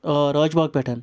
آ راج باغ پٮ۪ٹھ